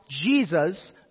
Jesus